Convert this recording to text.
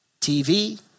TV